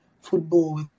football